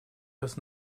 das